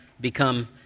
become